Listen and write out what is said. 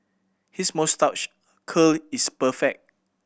his moustache curl is perfect